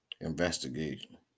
investigation